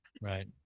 right